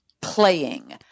playing